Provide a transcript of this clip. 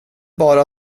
bara